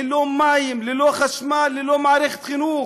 ללא מים, ללא חשמל, ללא מערכת חינוך.